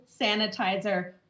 sanitizer